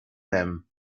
them